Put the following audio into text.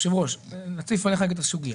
היושב-ראש, נציף אליך את הסוגיה.